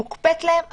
מוקפאת להן התקינה.